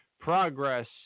Progress